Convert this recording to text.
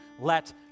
let